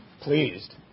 pleased